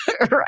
Right